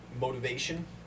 motivation